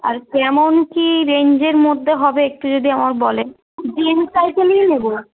আর কেমন কী রেঞ্জের মধ্যে হবে একটু যদি আমায় বলেন জেন্টস সাইকেলই নেব